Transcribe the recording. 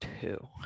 two